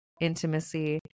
intimacy